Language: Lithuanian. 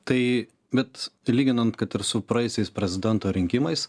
tai bet lyginant kad ir su praėjusiais prezidento rinkimais